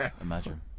imagine